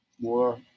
More